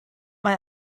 mae